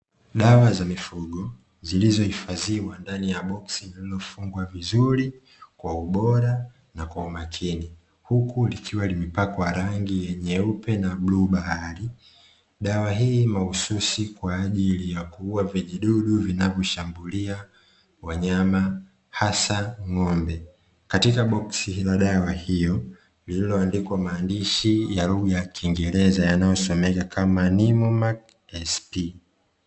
Dawa za mifugo zilizo hifadhiwa ndani ya boksi lililofungwa vizuri kwa ubora na kwamakini huku likiwa limepakwa rangi nyeupe na bluu bahari dawa hii mahususi kwaajili ya kuua vijidudu vinavyo shambulia wanyama hasa ng'ombe katika boksi la dawa hiyo lililo andikwa maandishi ya lugha ya kingereza yanayo someka kama "NIMA SP"